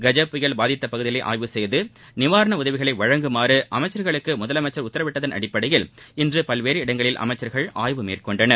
கஜ புயல் பாதித்த பகுதிகளை ஆய்வு செய்து நிவாரண உதவிகளை வழங்குமாறு அமைச்சர்களுக்கு முதலமைச்சர் உத்தரவிட்டதன் அடிப்படையில் இன்று பல்வேறு இடங்களில் அமைச்சர்கள் ஆய்வு மேற்கொண்டனர்